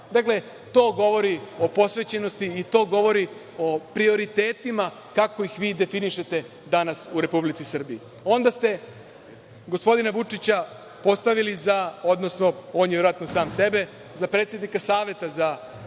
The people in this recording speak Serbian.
Dakle, to govori o posvećenosti i to govori o prioritetima kako ih vi definišete danas u Republici Srbiji. Onda ste gospodina Vučića postavili za, odnosno on je verovatno sam sebe, za predsednika Saveta za